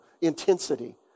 intensity